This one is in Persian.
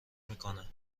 میکنه